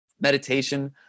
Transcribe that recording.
meditation